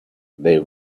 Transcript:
they